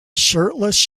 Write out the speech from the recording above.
shirtless